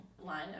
line